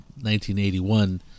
1981